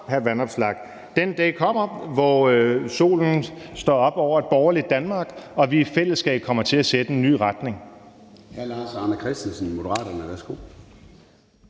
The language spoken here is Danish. Den dag kommer, hvor solen står op over et borgerligt Danmark og vi i fællesskab kommer til at sætte en ny retning.